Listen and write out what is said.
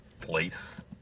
place